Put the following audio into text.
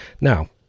now